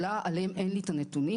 עליהם אין לי את הנתונים,